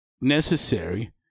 necessary